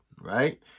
Right